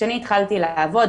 כשאני התחלתי לעבוד,